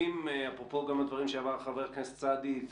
אפרופו גם הדברים שאמר חבר הכנסת סעדי,